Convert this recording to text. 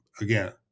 again